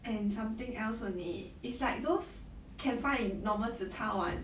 and something else only it's like those can find in normal zi char [one]